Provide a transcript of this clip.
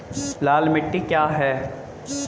लाल मिट्टी क्या है?